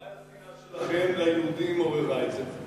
אולי השנאה שלכם ליהודים עוררה את זה?